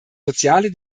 soziale